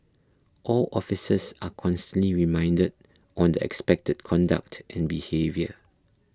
all officers are constantly reminded on the expected conduct and behaviour